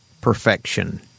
Perfection